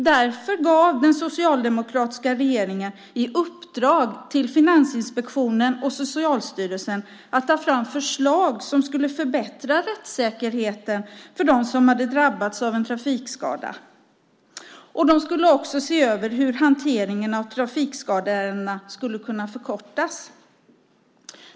Därför gav den socialdemokratiska regeringen i uppdrag till Finansinspektionen och Socialstyrelsen att ta fram förslag som skulle förbättra rättssäkerheten för dem som har drabbats av en trafikskada. De skulle också se över hur hanteringen av trafikskadeärendena skulle kunna förkortas.